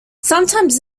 sometimes